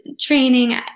training